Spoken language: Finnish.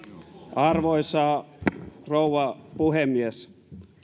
arvoisa rouva puhemies